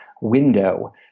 window